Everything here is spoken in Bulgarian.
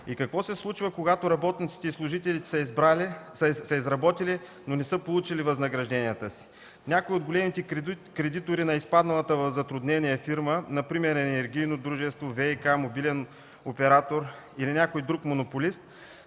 Какво се случва, когато работниците и служителите са изработили, но не са получили възнагражденията си? Някои от големите кредитори на изпадналата в затруднение фирма, например енергийно дружество, ВиК, мобилен оператор или някой друг монополист,